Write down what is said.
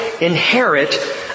inherit